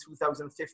2015